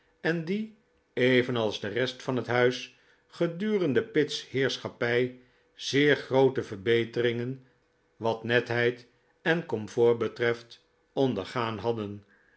en die evenals de rest van het huis gedurende pitt's heerschappij zeer groote verbeteringen wat netheid en comfort betreft ondergaan hadden